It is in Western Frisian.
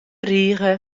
rige